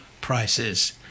prices